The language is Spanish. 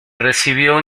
recibió